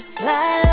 fly